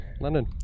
london